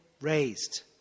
raised